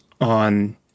on